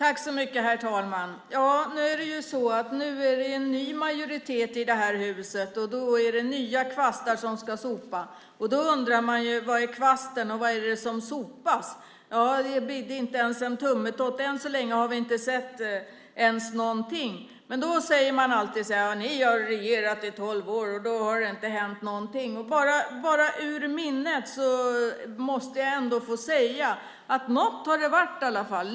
Herr talman! Nu är det ju ny majoritet i det här huset. Det är nya kvastar som ska sopa. Då undrar man var kvasten är och vad det är som sopas. Det bidde inte ens en tummetott. Än så länge har vi inte sett någonting. Då säger man alltid: Ni har regerat i tolv år och då har det inte hänt någonting. Bara ur minnet måste jag ändå få säga att något har det varit i alla fall.